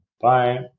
Bye